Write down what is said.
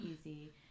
easy